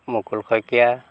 Mukul Saikia